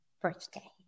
birthday